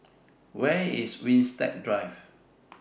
Where IS Winstedt Drive